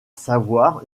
savoir